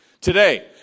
Today